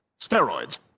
Steroids